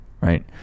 right